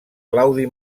claudi